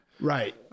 right